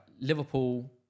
Liverpool